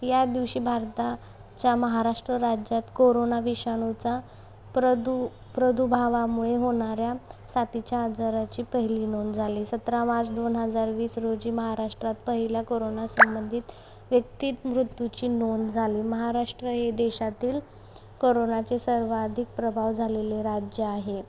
या दिवशी भारताच्या महाराष्ट्र राज्यात कोरोना विषाणूचा प्रदू प्रदुभावामुळे होणाऱ्या साथीच्या आजाराची पहिली नोंद झाली सतरा मार्च दोन हजार वीस रोजी महाराष्ट्रात पहिला कोरोना संबंधित व्यक्तीत मृत्यूची नोंद झाली महाराष्ट्र हे देशातील कोरोनाचे सर्वाधिक प्रभाव झालेले राज्य आहे